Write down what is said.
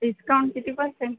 discount किती percent